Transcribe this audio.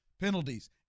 penalties